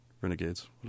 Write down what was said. renegades